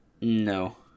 No